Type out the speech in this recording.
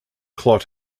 clot